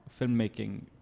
Filmmaking